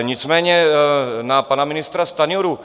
Nicméně na pana ministra Stanjuru.